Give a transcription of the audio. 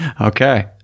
Okay